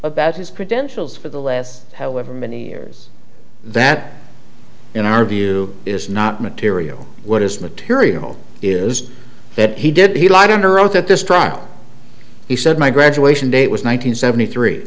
about his credentials for the last however many years that in our view is not material what is material is that he did he lied under oath at this trial he said my graduation date was one nine hundred seventy three